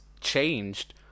changed